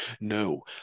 No